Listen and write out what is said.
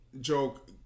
joke